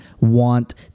want